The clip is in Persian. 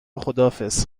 خداحافظ